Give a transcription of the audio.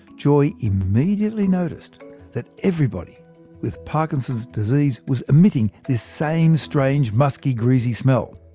joy immediately noticed that everybody with parkinson's disease was emitting this same strange musky greasy smell.